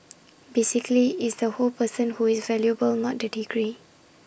basically it's the whole person who is valuable not the degree